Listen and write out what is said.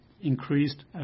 increased